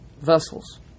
vessels